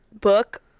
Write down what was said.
book